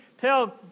tell